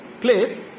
clip